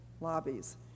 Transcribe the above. lobbies